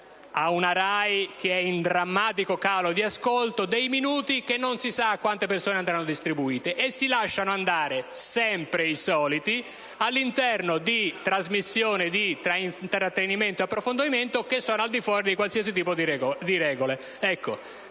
a una RAI, che è in drammatico calo di ascolto, dei minuti che non si sa a quante persone andranno distribuiti e si lasciano andare sempre i soliti all'interno di trasmissioni di intrattenimento e di approfondimento che sono al di fuori di qualsiasi tipo di regola.